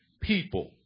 people